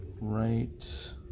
Right